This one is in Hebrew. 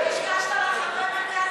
לא קשקשת לחברי המרכז,